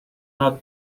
not